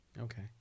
Okay